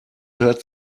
hört